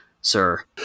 sir